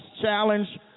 challenge